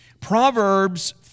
Proverbs